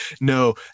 No